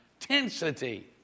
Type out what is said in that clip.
intensity